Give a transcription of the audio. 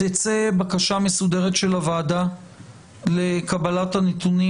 תצא בקשה מסודרת של הוועדה לקבלת הנתונים